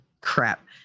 Crap